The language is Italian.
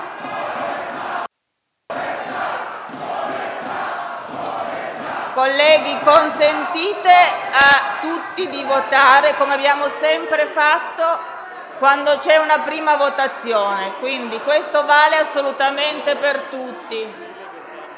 Colleghi, consentite a tutti di votare, come abbiamo sempre fatto quando c'è una prima votazione. Questo vale assolutamente per tutti.